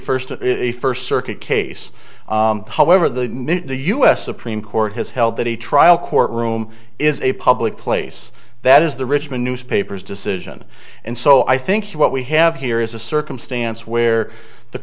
first if first circuit case however the the us supreme court has held that a trial court room is a public place that is the richmond newspapers decision and so i think what we have here is a circumstance where the